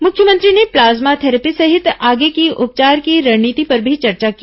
मुख्यमंत्री ने plasma therapy सहित आगे की उपचार की रणनीति पर भी चर्चा की